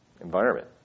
environment